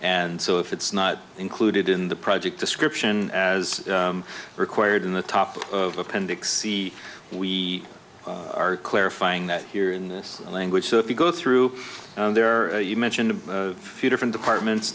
and so if it's not included in the project description as required in the top of appendix c we are clarifying that here in this language so if you go through there you mentioned a few different departments